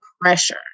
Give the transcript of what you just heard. pressure